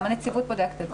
גם הנציבות בודקת את זה.